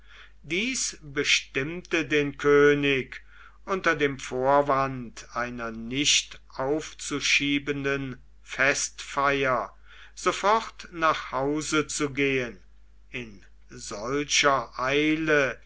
dies bestimmte den könig unter dem vorwand einer nicht aufzuschiebenden festfeier sofort nach hause zu gehen in solcher eile